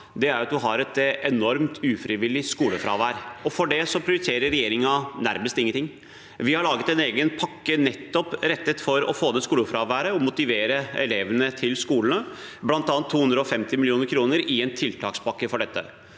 er at man har et enormt ufrivillig skolefravær. Og mot det prioriterer regjeringen nærmest ingenting. Vi har laget en egen pakke rettet mot å få ned skolefraværet og motivere elevene, bl.a. 250 mill. kr i en tiltakspakke til dette.